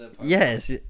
Yes